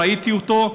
ראיתי אותו,